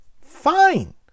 fine